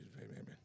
Amen